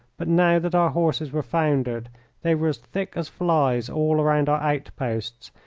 but now that our horses were foundered they were as thick as flies all round our outposts,